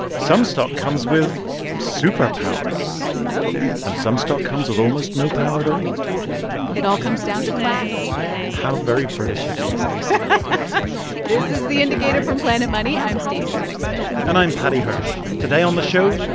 some stock comes with super powers oh and some stock comes with almost no power at all it all comes down to class how very british of you, stacey this is the indicator from planet money. i'm stacey vanek smith and i'm paddy hirsch. today on the show,